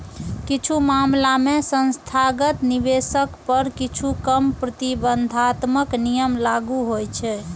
किछु मामला मे संस्थागत निवेशक पर किछु कम प्रतिबंधात्मक नियम लागू होइ छै